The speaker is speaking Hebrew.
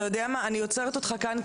אני עוצרת אותך כאן,